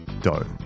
dough